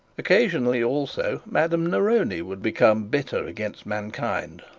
occasionally also madame neroni would become bitter against mankind,